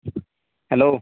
hello